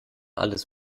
alles